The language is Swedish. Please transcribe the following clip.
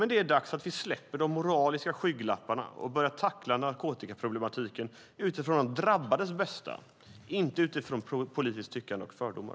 Det är dags att vi släpper de moraliska skygglapparna och börjar tackla narkotikaproblematiken utifrån de drabbades bästa, inte utifrån politiskt tyckande och fördomar.